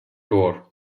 tour